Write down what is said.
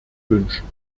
wünschen